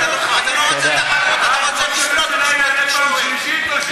אתה רוצה לשלוט בשוק התקשורת.